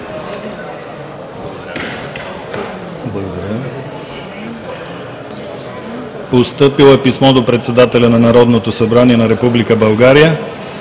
Постъпило е писмо до председателя на Народното събрание на Република